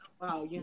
wow